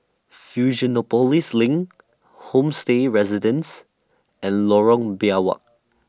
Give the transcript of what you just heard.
Fusionopolis LINK Homestay Residences and Lorong Biawak